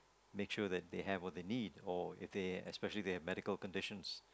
make sure that they have what they need or if they especially if they have medical conditions